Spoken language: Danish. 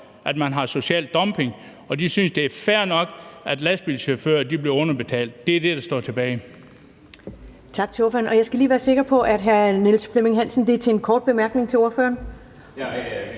at man har social dumping, og de synes, det er fair nok, at lastbilchauffører bliver underbetalt. Det er det, der står tilbage.